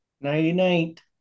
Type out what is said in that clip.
Nighty-night